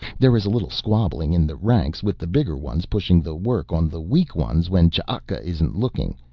there is a little squabbling in the ranks with the bigger ones pushing the work on the weak ones when ch'aka isn't looking,